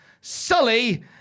sully